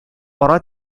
ара